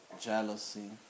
jealousy